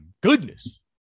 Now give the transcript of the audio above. goodness